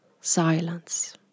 Silence